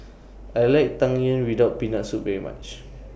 I like Tang Yuen without Peanut Soup very much